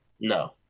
No